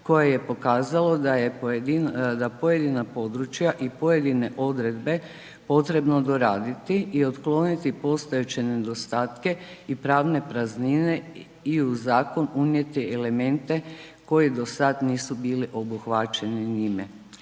koje je pokazalo da pojedina područja i pojedine odredbe potrebno doraditi i otkloniti postojeće nedostatke i pravne praznine i u zakon unijeti elemente koji do sad nisu bili obuhvaćeni njime.